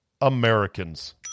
Americans